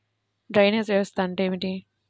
Drainage వ్యవస్థ అంటే ఏమిటి?